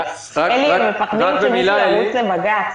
הם מפחדים שמישהו ירוץ לבג"ץ.